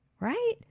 Right